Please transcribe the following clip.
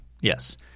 Yes